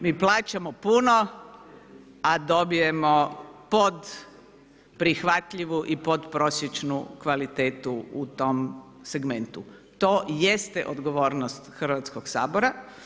Mi plaćamo puno a dobijemo pod prihvatljivo i podprosječnu kvalitetu u tom segmentu, to je odgovornost Hrvatskog sabora.